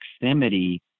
proximity